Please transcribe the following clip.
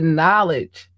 knowledge